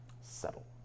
settle